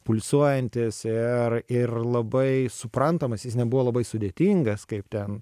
pulsuojantis ir ir labai suprantamas jis nebuvo labai sudėtingas kaip ten